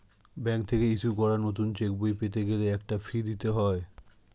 bank থেকে issue করা নতুন চেকবই পেতে গেলে একটা ফি দিতে হয়